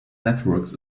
networks